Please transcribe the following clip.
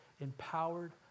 empowered